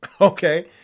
okay